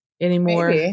anymore